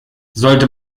sollte